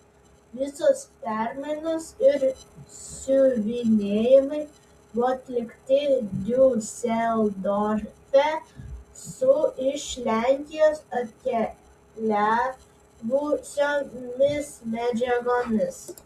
visos permainos ir siuvinėjimai buvo atlikti diuseldorfe su iš lenkijos atkeliavusiomis medžiagomis